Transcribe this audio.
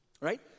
right